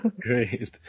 Great